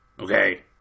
Okay